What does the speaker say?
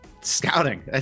scouting